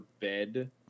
bed